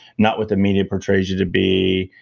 not what the media portrays you to be.